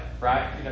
right